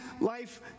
life